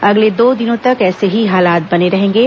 अगले दो दिनों तक ऐसे ही हालात बने रहेंगे